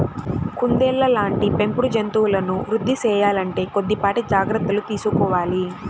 కుందేళ్ళ లాంటి పెంపుడు జంతువులను వృద్ధి సేయాలంటే కొద్దిపాటి జాగర్తలు తీసుకోవాలి